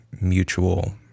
mutual